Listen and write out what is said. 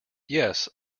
yes